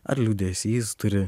ar liūdesys turi